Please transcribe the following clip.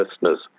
listeners